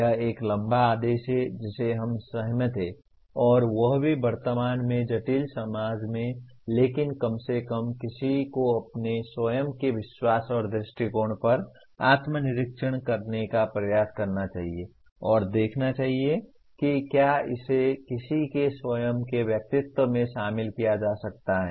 यह एक लंबा आदेश है जिससे हम सहमत हैं और वह भी वर्तमान में जटिल समाज में लेकिन कम से कम किसी को अपने स्वयं के विश्वास और दृष्टिकोण पर आत्मनिरीक्षण करने का प्रयास करना चाहिए और देखना चाहिए कि क्या इसे किसी के स्वयं के व्यक्तित्व में शामिल किया जा सकता है